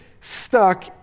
stuck